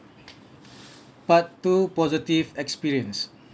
part two positive experience